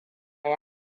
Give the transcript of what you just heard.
yi